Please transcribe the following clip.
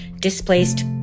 displaced